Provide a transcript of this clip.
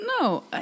No